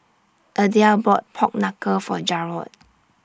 Adelle bought Pork Knuckle For Jarod